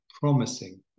promising